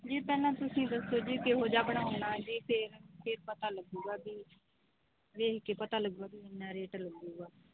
ਜੀ ਪਹਿਲਾਂ ਤੁਸੀਂ ਦੱਸੋ ਜੀ ਕਿਹੋ ਜਿਹਾ ਬਣਾਉਣਾ ਜੀ ਫਿਰ ਫਿਰ ਪਤਾ ਲੱਗੂਗਾ ਵੀ ਦੇਖ ਕੇ ਪਤਾ ਲੱਗੂ ਵੀ ਕਿੰਨਾ ਰੇਟ ਲੱਗੂਗਾ